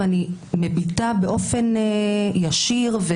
אני מביטה באופן ישיר,